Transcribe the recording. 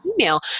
email